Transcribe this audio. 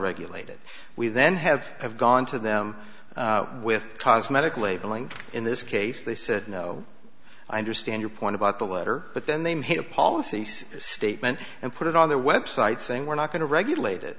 regulate it we then have have gone to them with cosmetic labeling in this case they said no i understand your point about the letter but then they made the policies statement and put it on their website saying we're not going to regulate it